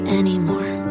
anymore